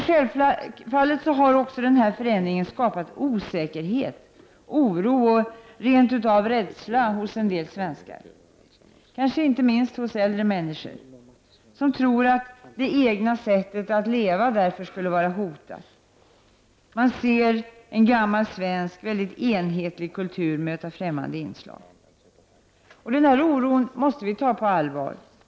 Självfallet har denna förändring också skapat osäkerhet, oro och rent av rädsla hos en del svenskar. Kanske inte minst hos äldre människor. Man tror att det egna sättet att leva skulle vara hotat. Man ser en gammal svensk, väldigt enhetlig kultur möta främmande inslag. Denna oro måste vi ta på allvar.